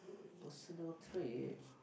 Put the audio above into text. personal trait